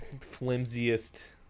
flimsiest